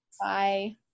Bye